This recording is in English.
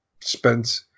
spent